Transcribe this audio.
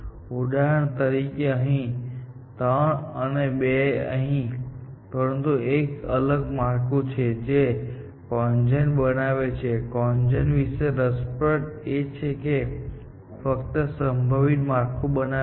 ઉદાહરણ તરીકે અહીં 3 અને 2 અહીં પરંતુ તે એક અલગ માળખું છે જે CONGEN બનાવે છે અને CONGEN વિશે રસપ્રદ એ છે કે તે ફક્ત સંભવિત માળખું બનાવે છે